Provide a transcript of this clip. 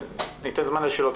ניתן זמן לשאלות.